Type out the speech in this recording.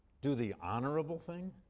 do the honorable thing.